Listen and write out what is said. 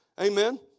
Amen